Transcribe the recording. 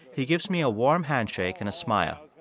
he gives me a warm handshake and a smile.